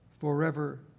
forever